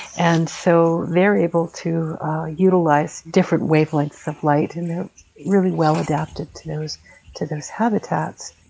and so variable to utilize different wavelengths of light and they're really well adapted to those to those habitats.